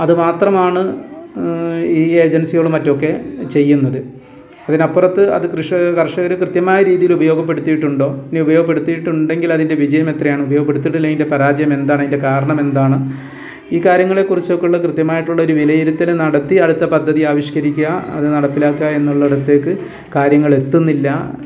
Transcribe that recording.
അതു മാത്രമാണ് ഈ ഏജൻസികളും മറ്റും ഒക്കെ ചെയ്യുന്നത് അതിനപ്പുറത്ത് അത് കൃഷ കർഷകർ കൃത്യമായ രീതിയിൽ ഉപയോഗപ്പെടുത്തിയിട്ടുണ്ടോ ഇനി ഉപയോഗപ്പെടുത്തിയിട്ടുണ്ടെങ്കിൽ അതിൻ്റെ വിജയം എത്രയാണ് ഉപയോഗപ്പെടുത്തിയിട്ടില്ലതിൻ്റെ പരാജയം എന്താണ് അതിൻ്റെ കാരണം എന്താണ് ഈ കാര്യങ്ങളെക്കുറിച്ചൊക്കെയുള്ള കൃത്യമായിട്ടുള്ളൊരു വിലയിരുത്തൽ നടത്തി അടുത്ത പദ്ധതി ആവിഷ്കരിക്കുക അത് നടപ്പിലാക്കുക എന്നുള്ളയിടത്തേക്ക് കാര്യങ്ങൾ എത്തുന്നില്ല